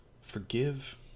Forgive